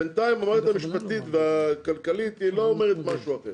בינתיים המערכת המשפטית והמערכת הכלכלית לא אומרות משהו אחר